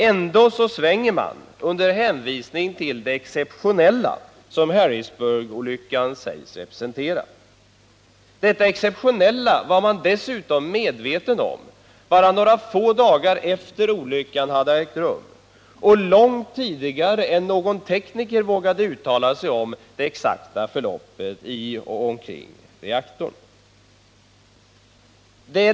Ändå svänger man under hänvisning till det exceptionella Harrisburgolyckan sägs representera. Detta exceptionella var man dessutom medveten om bara några få dagar efter olyckan och långt innan någon tekniker vågat uttala sig om det exakta förloppet i och omkring reaktorn.